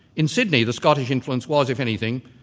in sydney, the scottish influence was if anything,